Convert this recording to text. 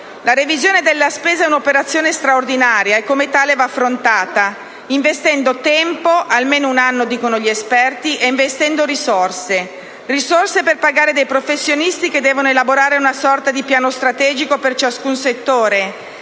La revisione della spesa è un'operazione straordinaria e come tale va affrontata, investendo tempo (almeno un anno, dicono gli esperti) e investendo risorse per pagare dei professionisti che devono elaborare una sorta di piano strategico per ciascun settore